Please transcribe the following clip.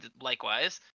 likewise